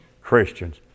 Christians